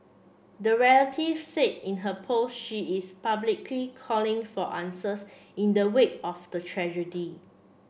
the relative said in her post she is publicly calling for answers in the wake of the tragedy